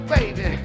Baby